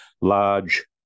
large